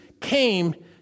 came